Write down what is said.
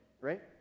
right